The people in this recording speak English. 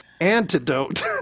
antidote